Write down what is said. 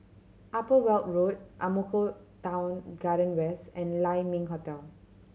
Upper Weld Road Ang Mo Kio Town Garden West and Lai Ming Hotel